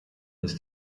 ist